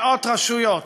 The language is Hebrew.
מאות רשויות,